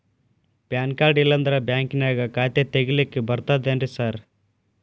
PAN card ಇಲ್ಲಂದ್ರ ಬ್ಯಾಂಕಿನ್ಯಾಗ ಖಾತೆ ತೆಗೆಲಿಕ್ಕಿ ಬರ್ತಾದೇನ್ರಿ ಸಾರ್?